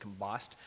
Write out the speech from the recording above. combust